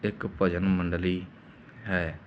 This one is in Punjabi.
ਇੱਕ ਭਜਨ ਮੰਡਲੀ ਹੈ